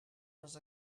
les